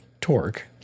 torque